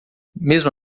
mesmo